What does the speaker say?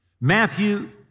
Matthew